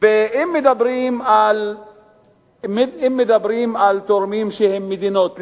אם מדברים על תורמים שהם מדינות,